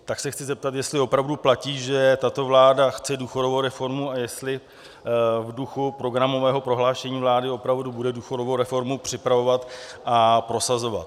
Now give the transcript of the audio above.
Tak se chci zeptat, jestli opravdu platí, že tato vláda chce důchodovou reformu a jestli v duchu programového prohlášení vlády opravdu bude důchodovou reformu připravovat a prosazovat.